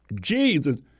Jesus